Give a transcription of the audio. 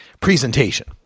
presentation